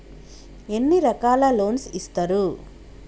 ఎన్ని రకాల లోన్స్ ఇస్తరు?